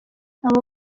aba